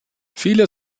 viele